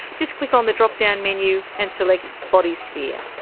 just click on the drop down menu and select body sphere.